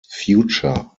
future